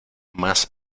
más